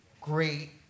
great